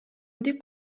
ndi